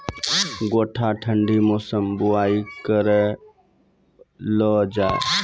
गोटा ठंडी मौसम बुवाई करऽ लो जा?